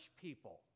people